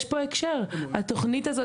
יש פה הקשר, התוכנית הזאת